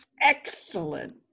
excellent